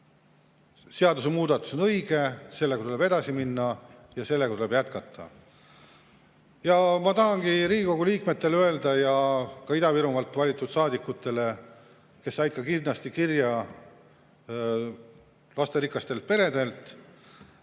seadusemuudatus on õige, sellega tuleb edasi minna ja sellega tuleb jätkata. Ma tahangi Riigikogu liikmetele öelda ja ka Ida-Virumaalt valitud saadikutele, kes said ka kindlasti kirja lasterikastelt peredelt,